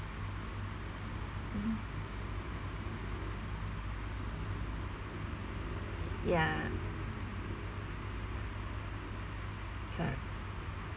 mm ya correct